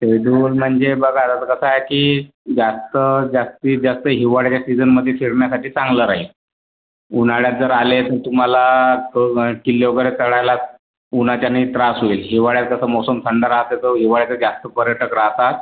schedule म्हणजे बघा आता कसं आहे की जास्त जास्तीत जास्त हिवाळ्याच्या सीझनमध्ये फिरण्यासाठी चांगलं राहील उन्हाळ्यात जर आले तर तुम्हाला क किल्ले वगैरे चढायला उन्हाच्याने त्रास होईल हिवाळ्यात कसं मोसम थंड राहते तो हिवाळ्याचं जास्त पर्यटक राहतात